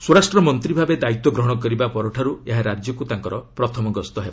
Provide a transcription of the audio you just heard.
ସ୍ୱରାଷ୍ଟ୍ର ମନ୍ତ୍ରୀ ଭାବେ ଦାୟିତ୍ୱ ଗ୍ରହଣ କରିବାପ ପରଠାରୁ ଏହା ରାଜ୍ୟକୁ ତାଙ୍କର ପ୍ରଥମ ଗସ୍ତ ହେବ